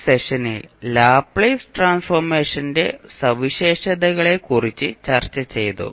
ഈ സെഷനിൽ ലാപ്ലേസ് ട്രാൻസ്ഫോർമേഷന്റെ സവിശേഷതകളെക്കുറിച്ച് ചർച്ച ചെയ്തു